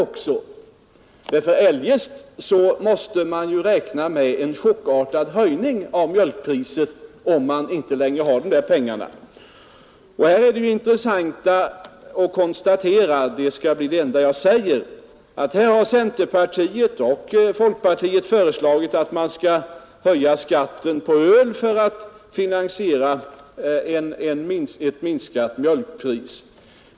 Eljest Fredagen den måste man ju räkna med en chockartad höjning av mjölkpriset när man 26 maj 1972 inte längre har de där pengarna. ÄRR SSE SNR Det som är intressant att konstatera — det skall bli det enda jag Reglering av priserna på jordbruks ytterligare säger — är att här har centerpartiet och folkpartiet föreslagit att man skall höja skatten på öl för att finansiera ett minskat mjölkpris.